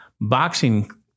boxing